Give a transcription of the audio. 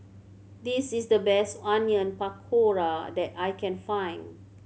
this is the best Onion Pakora that I can find